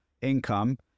income